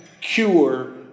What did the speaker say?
cure